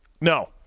No